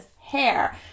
hair